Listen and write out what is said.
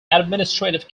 administrative